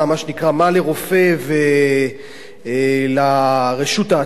מה לרופא ולרשות העתיקות?